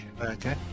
Okay